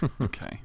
Okay